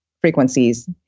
frequencies